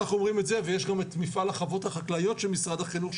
ויש גם את מפעל החוות החקלאיות של משרד החינוך,